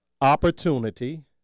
opportunity